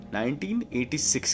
1986